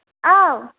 औ